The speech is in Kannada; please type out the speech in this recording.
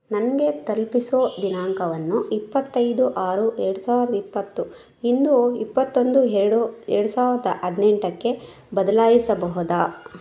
ನನಗೆ ತಲುಪಿಸೊ ದಿನಾಂಕವನ್ನು ಇಪ್ಪತೈದು ಆರು ಎರ್ಡು ಸಾವ್ರ್ದ ಇಪ್ಪತ್ತು ಇಂದು ಇಪ್ಪತ್ತೊಂದು ಎರ್ಡು ಎರ್ಡು ಸಾವಿರ್ದ ಹದ್ನೆಂಟಕ್ಕೆ ಬದಲಾಯಿಸಬಹುದಾ